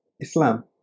Islam